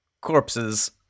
corpses